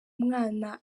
mwana